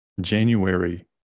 January